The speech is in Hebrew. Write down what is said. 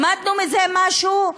למדנו מזה משהו?